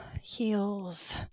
Heels